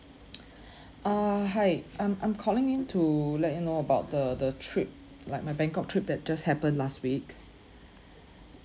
err hi I'm I'm calling in to let you know about the the trip like my bangkok trip that just happened last week